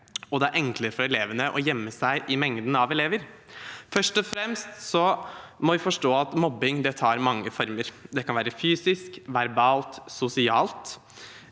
det er enklere for elevene å gjemme seg i mengden av elever. Først og fremst må vi forstå at mobbing tar mange former. Det kan være fysisk, verbalt, sosialt